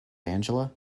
angela